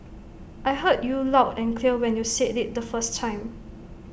I heard you loud and clear when you said IT the first time